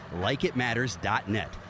LikeItMatters.net